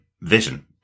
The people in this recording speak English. Vision